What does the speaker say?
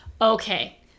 Okay